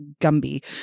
gumby